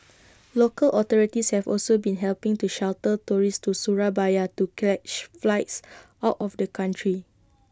local authorities have also been helping to shuttle tourists to Surabaya to catch flights out of the country